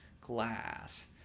glass